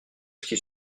qu’ils